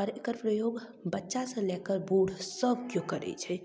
आओर एकर प्रयोग बच्चासँ लऽ कऽ बूढ़ सभ केओ करै छै